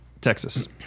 Texas